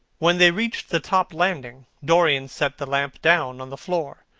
when they reached the top landing, dorian set the lamp down on the floor,